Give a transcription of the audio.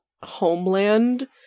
homeland